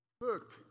look